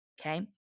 okay